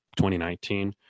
2019